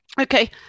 Okay